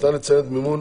ניתן לציין מימון